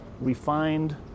refined